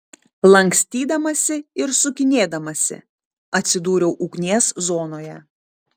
lankstydamasi ir sukinėdamasi atsidūriau ugnies zonoje